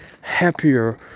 happier